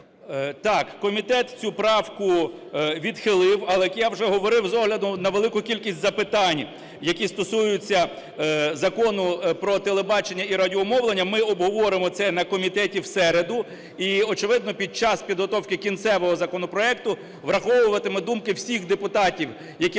Так! Комітет цю правку відхилив. Але як я вже говорив, з огляду на велику кількість запитань, які стосуються Закону "Про телебачення і радіомовлення", ми обговоримо це на комітеті в середу і, очевидно, під час підготовки кінцевого законопроекту враховуватиме думки всіх депутатів, які